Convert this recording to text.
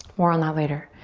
more on that later.